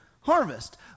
harvest